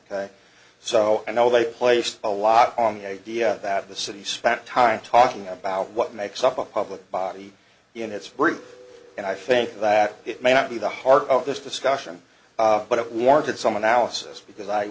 ok so you know they place a lot on the idea that the city spent time talking about what makes up a public body units and i think that it may not be the heart of this discussion but it warranted some analysis because i